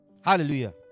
Hallelujah